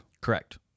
Correct